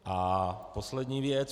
A poslední věc.